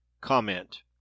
Comment